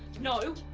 no!